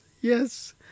yes